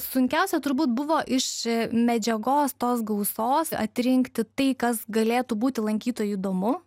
sunkiausia turbūt buvo iš medžiagos tos gausos atrinkti tai kas galėtų būti lankytojui įdomu